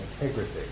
integrity